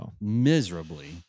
miserably